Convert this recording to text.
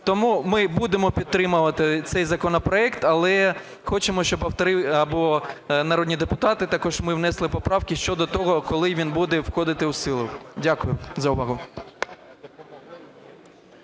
Тому ми будемо підтримувати цей законопроект, але хочемо, щоб автори або народні депутати, також ми внесли поправки щодо того, коли він буде входити в силу. Дякую за увагу.